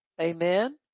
Amen